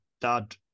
dad